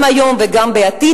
גם היום וגם בעתיד.